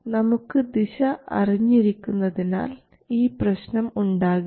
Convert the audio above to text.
നമുക്ക് ദിശ അറിഞ്ഞിരിക്കുന്നതിനാൽ ഇത് പ്രശ്നം ഉണ്ടാകില്ല